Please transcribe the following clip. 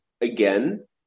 again